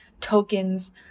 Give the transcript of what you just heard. tokens